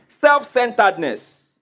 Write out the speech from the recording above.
Self-centeredness